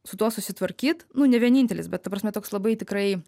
su tuo susitvarkyt nu ne vienintelis bet ta prasme toks labai tikrai